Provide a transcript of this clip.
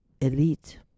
elite